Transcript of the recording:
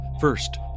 First